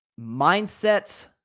mindset